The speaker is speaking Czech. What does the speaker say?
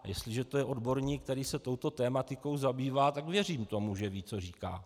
Jestliže je to odborník, který se touto tematikou zabývá, tak věřím tomu, že ví, co říká.